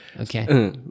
Okay